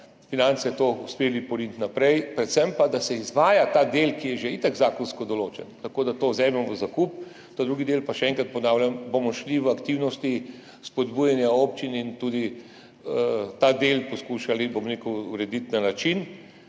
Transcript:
finance to uspeli poriniti naprej. Predvsem pa, da se izvaja ta del, ki je že itak zakonsko določen, tako da to vzemimo v zakup. Ta drugi del pa, še enkrat ponavljam, šli bomo v aktivnosti spodbujanja občin in tudi ta del poskušali urediti na način,